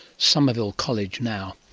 somerville college now.